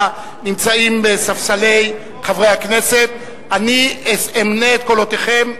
נמצאים בספסלי חברי הכנסת אני אמנה את קולותיכם,